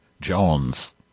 Jones